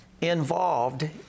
involved